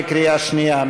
בקריאה שנייה.